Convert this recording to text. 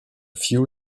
few